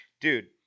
dude